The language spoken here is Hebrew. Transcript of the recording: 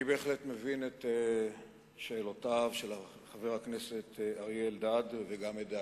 אני בהחלט מבין את שאלותיו של חבר הכנסת אריה אלדד וגם את דאגותיו.